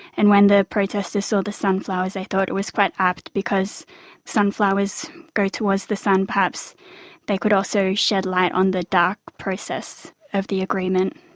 and when the protesters saw the sunflowers they thought it was quite apt because sunflowers go towards the sun, perhaps they could also shed light on the dark process of the agreement.